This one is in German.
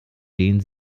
den